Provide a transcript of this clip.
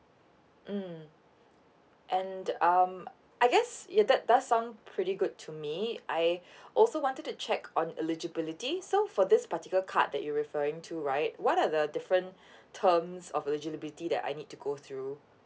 mm and um I guess ya that does sound pretty good to me I also wanted to check on eligibility so for this particular card that you referring to right what are the different terms of eligibility that I need to go through